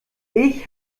ich